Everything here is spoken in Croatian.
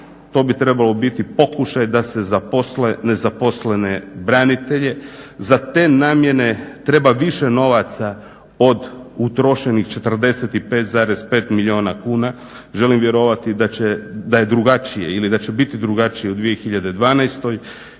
to bi trebalo biti pokušaj da se zaposle nezaposlene branitelje. Za te namjene treba više novaca od utrošenih 45,5 milijuna kuna. Želim vjerovati da je drugačije ili